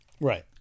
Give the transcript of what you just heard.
right